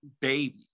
baby